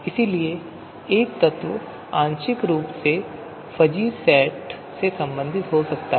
इसलिए एक तत्व आंशिक रूप से एक फजी सेट से संबंधित हो सकता है